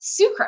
sucrose